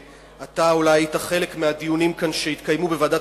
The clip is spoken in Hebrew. ואתה אולי היית בחלק מהדיונים שהתקיימו כאן בוועדת